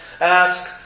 ask